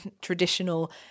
traditional